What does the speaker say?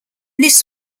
this